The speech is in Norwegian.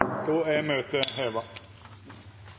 møtet er heva.